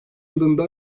yılında